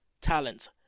talent